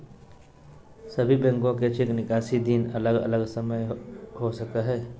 सभे बैंक के चेक निकासी दिन अलग अलग समय हो सको हय